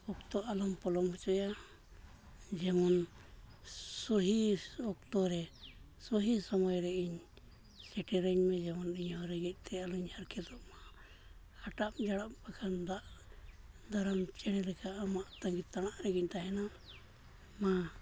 ᱚᱠᱛᱚ ᱟᱞᱚᱢ ᱯᱚᱞᱚᱢ ᱦᱚᱪᱚᱭᱟ ᱡᱮᱢᱚᱱ ᱥᱚᱦᱤ ᱚᱠᱛᱚ ᱨᱮ ᱥᱚᱦᱤ ᱥᱚᱢᱚᱭ ᱨᱮ ᱤᱧ ᱥᱮᱴᱮᱨᱟᱹᱧ ᱢᱮ ᱡᱮᱢᱚᱱ ᱤᱧᱦᱚᱸ ᱨᱮᱸᱜᱮᱡᱽᱛᱮ ᱟᱞᱚᱧ ᱦᱟᱨᱠᱮᱛᱚᱜᱼᱢᱟ ᱟᱴᱟᱯ ᱡᱟᱲᱟᱯ ᱵᱟᱝᱠᱷᱟᱱ ᱫᱟᱜ ᱡᱟᱨᱟᱢ ᱪᱮᱬᱮ ᱞᱮᱠᱟ ᱟᱢᱟᱜ ᱛᱟᱺᱜᱤ ᱛᱟᱬᱟᱜ ᱨᱮᱜᱤᱧ ᱛᱟᱦᱮᱱᱟ ᱢᱟ